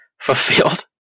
fulfilled